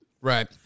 Right